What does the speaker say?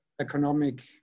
economic